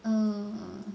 um